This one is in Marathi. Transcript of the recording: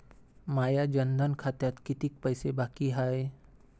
माया जनधन खात्यात कितीक पैसे बाकी हाय?